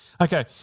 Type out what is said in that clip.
Okay